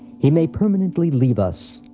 he may permanently leave us.